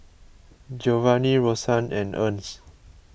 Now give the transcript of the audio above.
Giovanni Rosann and Ernst